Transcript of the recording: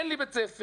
אין לי בית ספר,